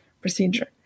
procedure